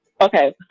Okay